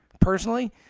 personally